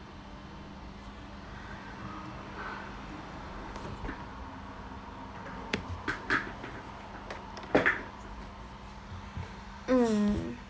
mm